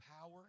power